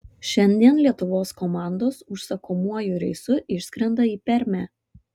šiandien lietuvos komandos užsakomuoju reisu išskrenda į permę